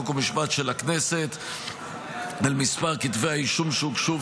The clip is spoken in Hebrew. חוק ומשפט של הכנסת על מספר כתבי האישום שהוגשו,